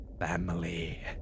family